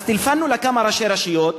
אז טלפנו לכמה ראשי רשויות,